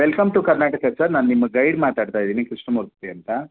welcome to Karnataka sir ನಾನು ನಿಮ್ಮ guide ಮಾತಾಡ್ತಾ ಇದ್ದೀನಿ ಕೃಷ್ಣಮೂರ್ತಿ ಅಂತ